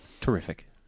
Terrific